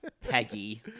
Peggy